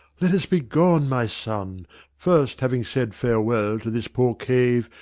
let us be gone, my son first having said farewell to this poor cave,